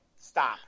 stop